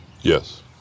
Yes